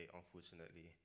unfortunately